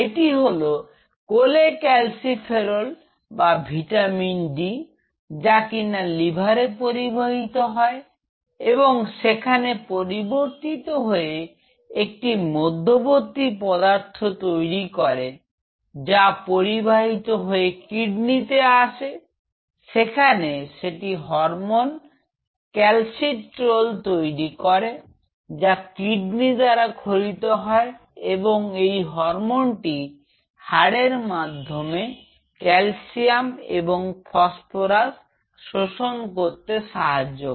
এটি হলো কোলেক্যালসিফেরল বা ভিটামিন ডি যা কিনা লিভারে পরিবাহিত হয় এবং সেখানে পরিবর্তিত হয়ে একটি মধ্যবর্তী পদার্থ তৈরি করে যা পরিবাহিত হয়ে কিডনিতে আছে যেখানে এসে সেটি হরমোন ক্যালসিট্রায়োল তৈরি করে যা কিডনি দ্বারা ক্ষরিত হয় এবং এই হরমোনটি হাড়ের মাধ্যমে ক্যালসিয়াম এবং ফসফরাস শোষণ করতে সাহায্য করে